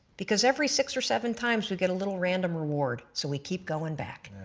because every six or seven times we get a little random reward so we keep going back.